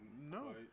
No